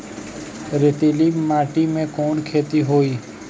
रेतीली माटी में कवन खेती होई?